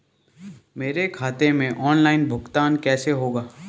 मेरे खाते में ऑनलाइन भुगतान कैसे होगा?